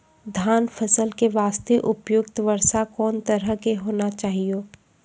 धान फसल के बास्ते उपयुक्त वर्षा कोन तरह के होना चाहियो?